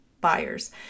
buyers